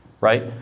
Right